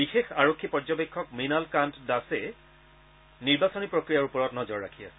বিশেষ আৰক্ষী পৰ্যবেক্ষক মৃণাল কান্ত দাসে নিৰ্বাচনী প্ৰক্ৰিয়াৰ ওপৰত নজৰ ৰাখি আছে